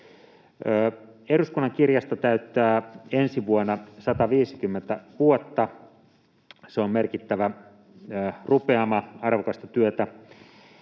Eduskunnan kirjasto täyttää ensi vuonna 150 vuotta. Se on merkittävä rupeama arvokasta työtä.